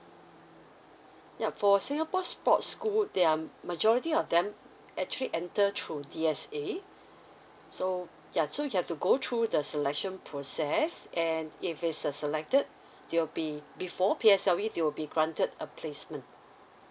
yup for singapore sports school they um majority of them actually enter through D_S_A so yeah so you have to go through the selection process and if it's uh selected they'll be before P_S_L_E they will be granted a placement